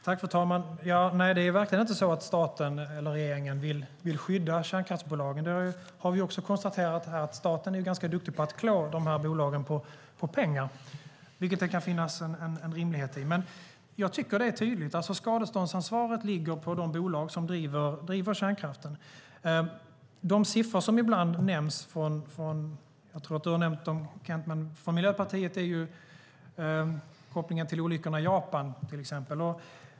Fru talman! Nej, det är verkligen inte så att staten eller regeringen vill skydda kärnkraftsbolagen. Vi har också konstaterat att staten är ganska duktig på att klå de här bolagen på pengar, vilket kan vara rimligt. Jag tycker att det är tydligt att skadeståndsansvaret ligger på de bolag som driver kärnkraften. Miljöpartiet gör kopplingen till olyckan i Japan, och jag tror att också Kent Persson har nämnt de siffrorna.